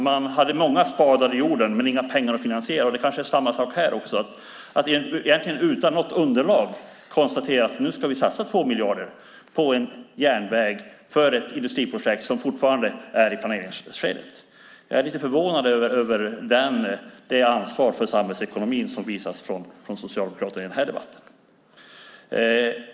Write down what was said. Man hade många spadar i jorden men inga pengar att finansiera med, och det är kanske samma sak här. Egentligen utan något underlag konstaterar man att man ska satsa 2 miljarder på en järnväg för ett industriprojekt som fortfarande är i planeringsskedet. Jag är lite förvånad över det ansvar för samhällsekonomin som visas från socialdemokrater i den här debatten.